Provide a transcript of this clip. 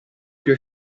più